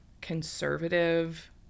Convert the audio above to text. conservative